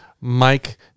Mike